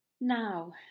Now